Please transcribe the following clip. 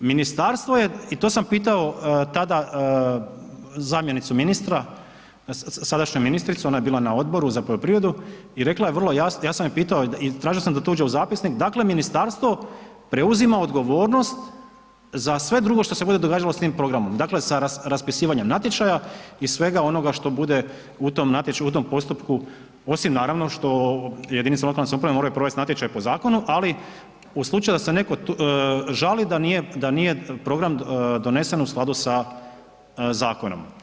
I to sam pitao tada zamjenicu ministra, sadašnju ministricu ona je bila na Odboru za poljoprivredu i rekla je vrlo jasno i ja sam je pitao i tražio sam da to uđe u zapisnik, dakle ministarstvo preuzima odgovornost za sve drugo što se bude događalo sa tim programom, dakle sa raspisivanjem natječaja i svega onoga što bude u tom postupku osim naravno što jedinice lokalne samouprave moraju provesti natječaj po zakonu, ali u slučaju da se neko žali da nije program donesen u skladu sa zakonom.